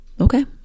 Okay